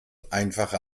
einfache